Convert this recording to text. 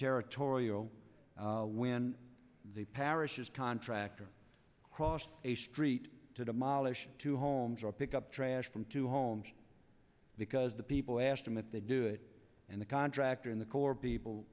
territorial when the parishes contractor crossed a street to demolish two homes or pick up trash from two homes because the people asked him that they do it and the contractor in the core people